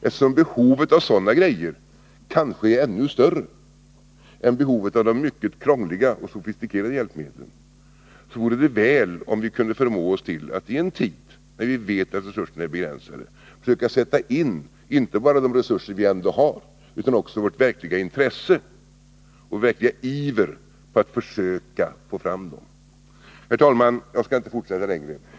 Eftersom behovet av dem kanske är ännu större än behovet av de mycket krångliga och sofistikerade hjälpmedlen, vore det väl, om vi kunde förmå oss till att i en tid när vi vet att resurserna är begränsade försöka sätta in inte bara de resurser vi ändå har, utan också vårt verkliga intresse och vår verkliga iver för att få fram dem. Herr talman! Jag skall inte fortsätta längre.